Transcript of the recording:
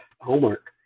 homework